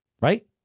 Right